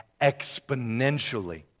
exponentially